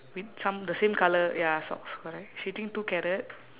with some the same colour ya socks correct she eating two carrot